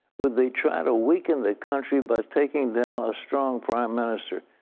would they try to weaken the country by taking down a strong prime minister?